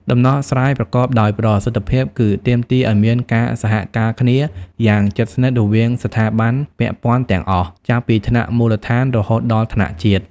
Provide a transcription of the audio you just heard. ដំណោះស្រាយប្រកបដោយប្រសិទ្ធភាពគឺ ទាមទារឱ្យមានការសហការគ្នាយ៉ាងជិតស្និទ្ធរវាងស្ថាប័នពាក់ព័ន្ធទាំងអស់ ចាប់ពីថ្នាក់មូលដ្ឋានរហូតដល់ថ្នាក់ជាតិ។